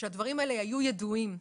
שהדברים האלה היו ידועים.